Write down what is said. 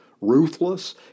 Ruthless